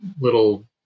little